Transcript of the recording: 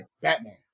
Batman